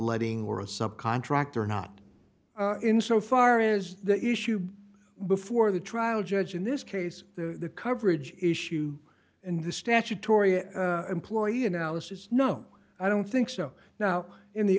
letting or a subcontractor not in so far as the issue before the trial judge in this case the coverage issue and the statutory employee analysis no i don't think so now in the